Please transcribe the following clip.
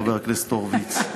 חבר הכנסת הורוביץ,